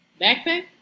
Backpack